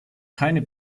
keine